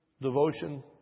devotion